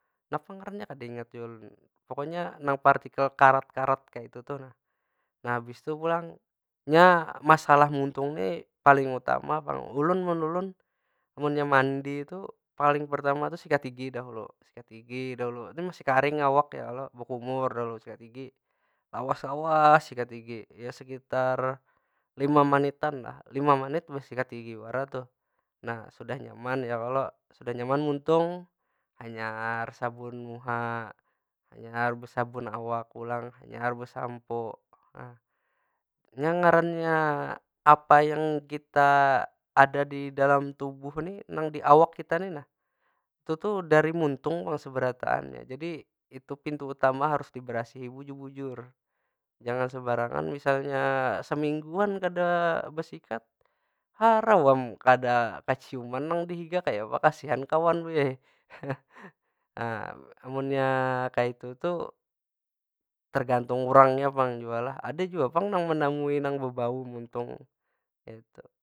Napang ngarannya kada ingat jua ulun. Pokoknya nang partikel karat- karat kaytu tu nah. Nah habis tu pulang, nya masalah muntung nipaling utama pang. Ulun, mun ulun munnya mandi tu paling pertama tu sikat gigi dahulu. Sikat gigi dahulu, kan masih karing awak ya kalo? Bekumur dahulu, sikat gigi. Lawas- lawas sikat gigi, ya sekitar lima menitan lah. Lima menit besikat gigi wara tuh. Nah sudah nyaman ya kalo? Sudah nyaman muntung, hanyar sabun muha. Hanyar besabun awak pulang, hanyar besampo, nah. Nya ngarannya apa yang kita, ada di dalam tubuh ni nang di awak kita ni nah. Itu tu dari muntung kalo seberataannya. Jadi itu pintu utama harus dibarasihi bujur- bujur. jangan sembarangan misalnya semingguan kada besikat. Harau am kada kaciuman nang di higa kayapa kasian kawan. munnya kaytu tu, tergantung urangnya pang jua lah. Ada jua pang nang menamui nang bebau muntung kaytu.